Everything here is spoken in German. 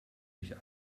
nicht